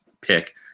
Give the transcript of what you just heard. pick